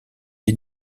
des